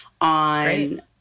on